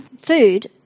food